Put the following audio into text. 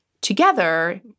together